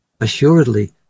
Assuredly